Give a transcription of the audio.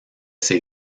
ses